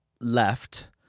left